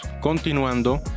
continuando